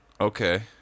Okay